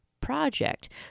project